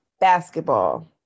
basketball